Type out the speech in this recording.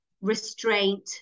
restraint